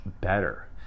better